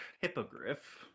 hippogriff